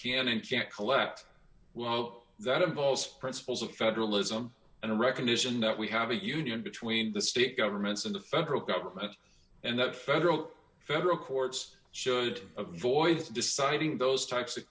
can and can't collect well that impulse principles of federalism and a recognition that we have a union between the state governments and the federal government and the federal federal courts should avoid deciding those types of